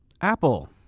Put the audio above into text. Apple